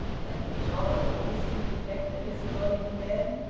devilish odd, all this! he reflected, as he got into bed.